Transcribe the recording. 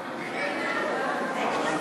נתקבלו.